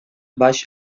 baix